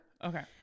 Okay